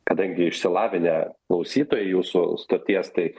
kadangi išsilavinę klausytojai jūsų stoties taip